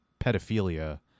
pedophilia